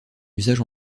usage